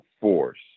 force